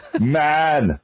man